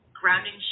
grounding